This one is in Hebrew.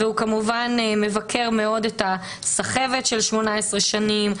הוא כמובן מבקר מאוד את הסחבת במשך 18 שנים.